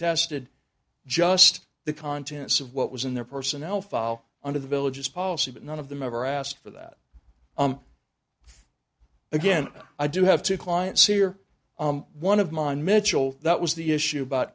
tested just the contents of what was in their personnel file under the villages policy but none of them ever asked for that again i do have two clients here one of mine mitchell that was the issue about